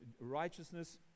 righteousness